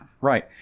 Right